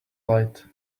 light